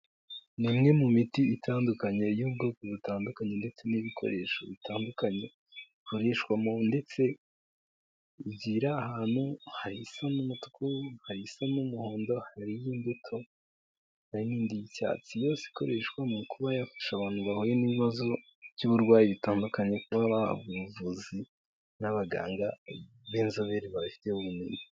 Ni imwe mu miti itandukanye y'ubwoko butandukanye ndetse n'ibikoresho bitandukanye, bikoreshwamo ndetse igiye iri ahantu hari isa n'umutuku, hari isa n'umuhondo, hari n'indi y'icyatsi. Yose ikoreshwa mu kuba yafasha abantu bahuye n'ibibazo by'uburwayi bitandukanye kuba vbahabwa ubuvuzi n'abaganga b'inzobere babifitiye ubumenyi.